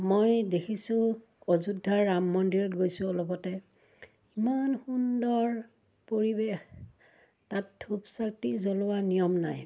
মই দেখিছোঁ অযোধ্যা ৰাম মন্দিৰত গৈছোঁ অলপতে ইমান সুন্দৰ পৰিৱেশ তাত ধূপ চাকি জ্বলোৱা নিয়ম নাই